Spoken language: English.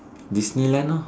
Disneyland hor